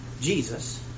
Jesus